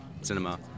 cinema